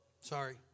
Sorry